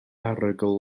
arogl